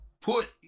put